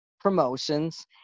promotions